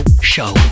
Show